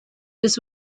this